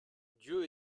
dieu